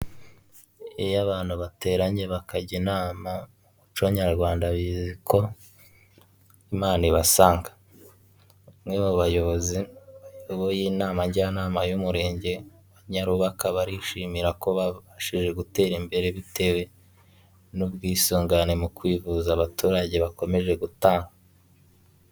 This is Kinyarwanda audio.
Iyo abantu bateranye bakajya inama umuco nyarwanda bizwi ko Imana ibasanga, bamwe mu bayobozi bayoboye inama njyanama y'umurenge wa Nyarubaka barishimira ko babashije gutera imbere bitewe n'ubwisungane mu kwivuza abaturage bakomeje gutanga.